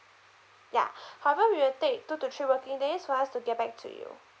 ya however we will take two to three working days for us to get back to you